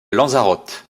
lanzarote